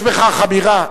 יש בכך אמירה,